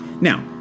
Now